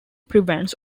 prevents